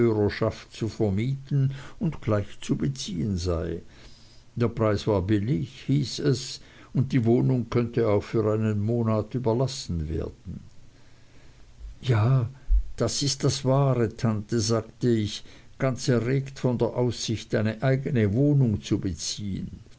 zu vermieten und gleich zu beziehen seien der preis war billig hieß es und die wohnung könnte auch für einen monat überlassen werden ja das ist das wahre tante sagte ich ganz erregt von der aussicht eine eigne wohnung zu beziehen